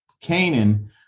Canaan